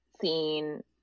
seen